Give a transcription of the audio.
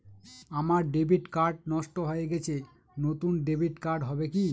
আমার debit card নষ্ট হয়ে গেছে নূতন ডেবিট কার্ড হবে কি?